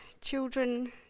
children